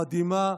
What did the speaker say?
מדהימה,